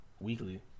weekly